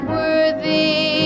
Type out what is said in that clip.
worthy